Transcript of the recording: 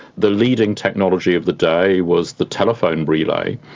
the leading technology of the day was the telephone relay,